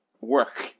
work